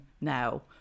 now